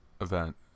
event